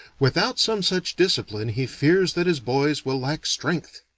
without some such discipline, he fears that his boys will lack strength.